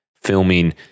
filming